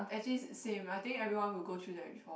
actually sa~ same I think everyone would go through that before